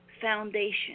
foundation